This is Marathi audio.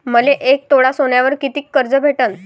मले एक तोळा सोन्यावर कितीक कर्ज भेटन?